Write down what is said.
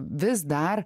vis dar